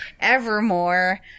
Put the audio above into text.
Evermore